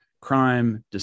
crime